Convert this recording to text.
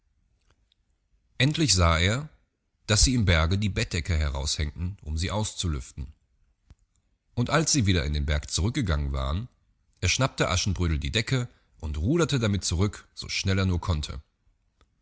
endlich sah er daß sie im berge die bettdecke heraushängten um sie auszulüften und als sie wieder in den berg zurückgegangen waren erschnappte aschenbrödel die decke und ruderte damit zurück so schnell er nur konnte